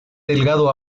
delgado